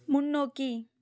முன்னோக்கி